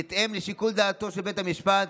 בהתאם לשיקול דעתו של בית המשפט,